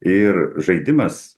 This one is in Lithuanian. ir žaidimas